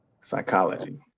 Psychology